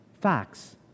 Facts